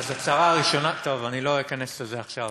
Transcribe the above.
אז הצרה הראשונה, טוב, אני לא אכנס לזה עכשיו.